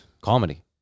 Comedy